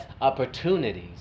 opportunities